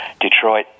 Detroit